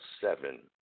seven